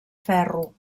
ferro